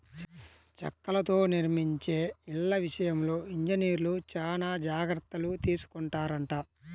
చెక్కలతో నిర్మించే ఇళ్ళ విషయంలో ఇంజనీర్లు చానా జాగర్తలు తీసుకొంటారంట